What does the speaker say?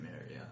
area